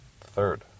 Third